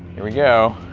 here we go!